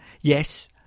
yes